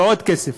ועוד כסף.